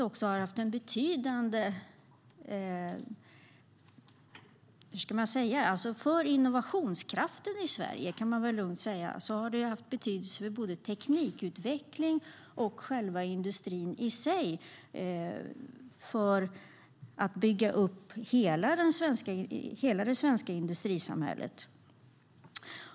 När det gäller innovationskraften i Sverige kan man lugnt säga att detta har haft betydelse för teknikutveckling, för själva industrin i sig och för att bygga upp hela det svenska industrisamhället.